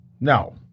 No